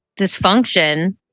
dysfunction